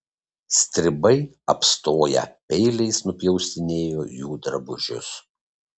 stribai apstoję peiliais nupjaustinėjo jų drabužius